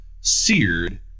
seared